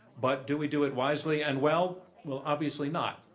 but do we do it wisely and well? well, obviously not.